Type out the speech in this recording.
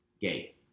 gay